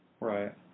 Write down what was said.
Right